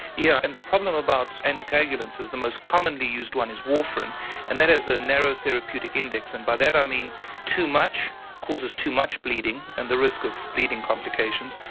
yeah and the problem about anticoagulants is the most commonly used one is warfarin and that has a narrow therapeutic index and by that i mean too much causes too much bleeding and the risk of bleeding complications,